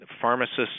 pharmacists